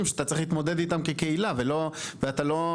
שאתה צריך להתמודד איתם כקהילה ואתה לא,